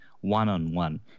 one-on-one